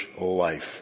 life